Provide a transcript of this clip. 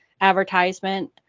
advertisement